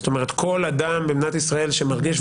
כל אדם במדינת ישראל שמרגיש,